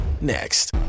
next